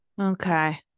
okay